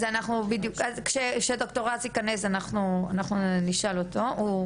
אז אנחנו נחכה וכשד"ר רז יכנס אנחנו נשאל אותו לגבי העניין הזה.